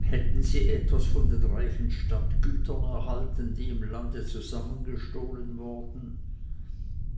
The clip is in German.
hätten sie etwas von den reichen stadtgütern erhalten die im lande zusammengestohlen worden